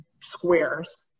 squares